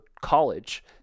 College